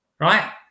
Right